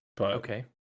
Okay